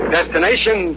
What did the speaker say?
Destination